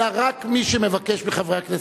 אלא מי שמבקש מחברי הכנסת,